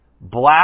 black